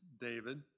David